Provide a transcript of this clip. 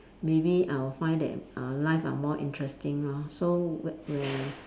maybe I'll find that uh life are more interesting lah so w~ whe~